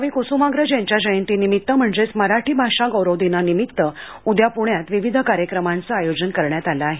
कवी कुस्माग्रज यांच्या जयंतीनिमित्त म्हणजेच मराठी भाषा गौरव दिनानिमित्त उद्या प्ण्यात विविध कार्यक्रमांचं आयोजन करण्यात आलं आहे